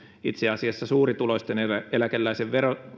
itse asiassa suurituloisten eläkeläisten